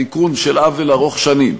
תיקון של עוול ארוך שנים.